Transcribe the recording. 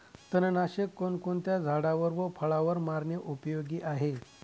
तणनाशक कोणकोणत्या झाडावर व फळावर मारणे उपयोगी आहे?